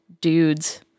dudes